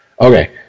Okay